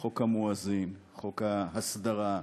חוק המואזין, חוק ההסדרה,